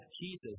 Jesus